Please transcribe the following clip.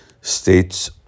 states